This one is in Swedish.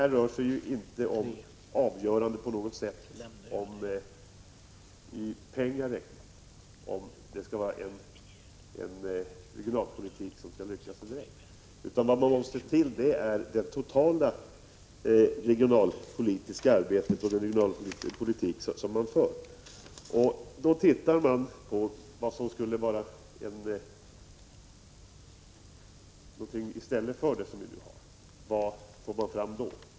Men detta är ju inte på något sätt avgörande för regionalpolitiken. Vad som måste till är det totala regionalpolitiska arbetet. Vad får man fram av de borgerligas förslag?